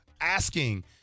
asking